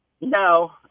No